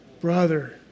Brother